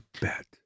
bet